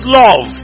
love